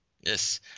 Yes